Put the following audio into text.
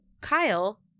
Kyle